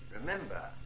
Remember